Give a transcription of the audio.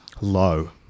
Low